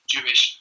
Jewish